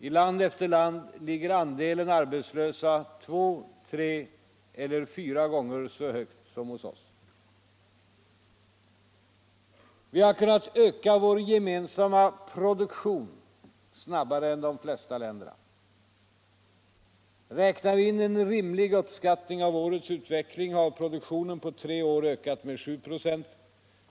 I land efter land ligger andelen arbetslösa två, tre eller fyra gånger så högt som hos oss. Vi har kunnat öka vår gemensamma produktion snabbare än de flesta länderna. Räknar vi in en rimlig uppskattning av årets utveckling har produktionen på tre år ökat med 7 96.